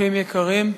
אורחים יקרים,